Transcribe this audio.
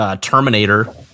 Terminator